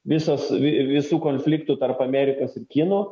visos visų konfliktų tarp amerikos ir kinų